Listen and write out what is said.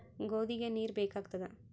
ಗೋಧಿಗ ನೀರ್ ಬೇಕಾಗತದ?